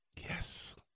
Yes